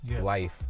life